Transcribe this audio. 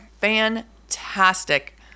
fantastic